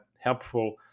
helpful